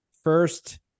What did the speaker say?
first